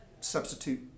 substitute